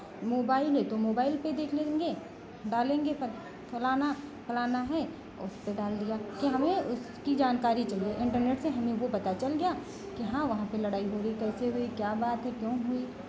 mobile है तो mobile पे देख लेंगे डालेंगे फ़लाना फ़लाना है औ उसपे डाल दिया कि हमें उसकी जानकारी चाहिए इंटरनेट से हमें वो पता चल गया कि हाँ वहाँ पे लड़ाई हो रही कैसे हुई क्या बात है क्यों हुई